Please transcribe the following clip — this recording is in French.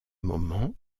moment